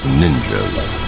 ninjas